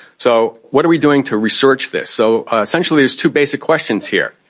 so what are we doing to research this? so essentially there's two basic questions here.